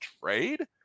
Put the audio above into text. trade